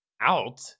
out